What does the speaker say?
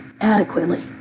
adequately